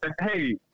Hey